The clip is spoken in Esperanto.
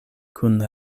kun